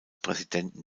präsidenten